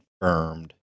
confirmed